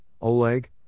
Oleg